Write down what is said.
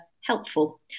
Helpful